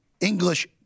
English